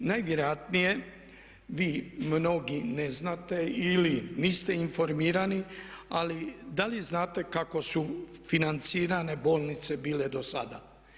Najvjerojatnije vi mnogi ne znate ili niste informirani ali da li znate kako su financirane bolnice bile dosada?